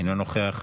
אינו נוכח,